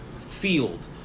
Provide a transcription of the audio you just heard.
field